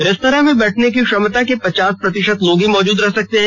restaurant में बैठने की क्षमता के पचास प्रतिशत लोग ही मौजूद रह सकते हैं